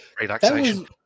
relaxation